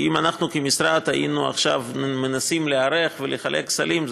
כי אם אנחנו כמשרד היינו עכשיו מנסים להיערך ולחלק סלים,